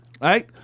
right